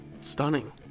Stunning